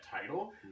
title